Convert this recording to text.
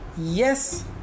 yes